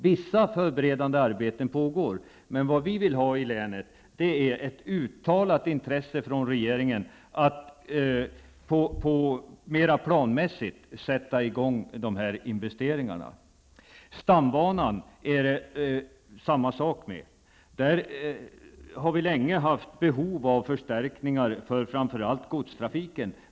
Vissa förberedande arbeten pågår, men vad vi i länet vill ha är ett uttalat intresse från regeringen av att mer planmässigt sätta i gång dessa investeringar. Detsamma gäller stambanan. Vi har där länge haft behov av förstärkningar, framför allt av godstrafiken.